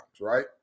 right